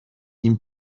این